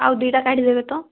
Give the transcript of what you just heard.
ଆଉ ଦୁଇଟା କାଢ଼ି ଦେବେ ତ